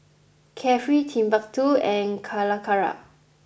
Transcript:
carefree Timbuk Two and Calacara